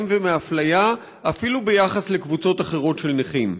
ומאפליה אפילו ביחס לקבוצות אחרות של נכים.